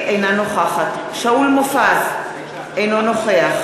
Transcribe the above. אינה נוכחת שאול מופז, אינו נוכח